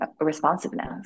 responsiveness